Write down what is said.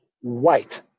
white